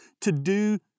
to-do